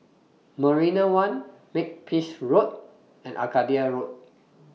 Marina one Makepeace Road and Arcadia Road